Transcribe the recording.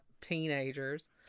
teenagers